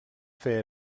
fer